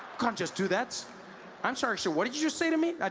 can't just do that i'm sorry sir what did you just say to me?